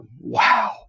wow